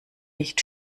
nicht